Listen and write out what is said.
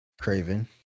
craven